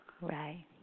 right